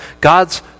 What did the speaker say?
God's